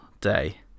day